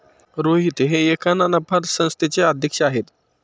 रोहित हे एका ना नफा संस्थेचे अध्यक्ष आहेत